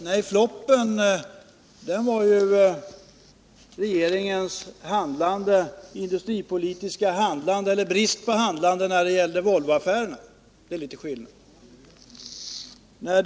Nej, flopen var regeringens brist på handlande när det gällde Volvoaffären, och det är litet skillnad.